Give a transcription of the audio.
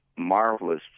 marvelous